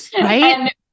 right